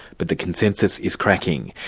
but that consensus is cracking.